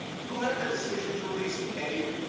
who had the decision to release the aid,